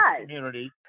community